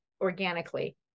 organically